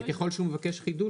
אבל ככל שהוא מבקש חידוש,